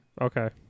Okay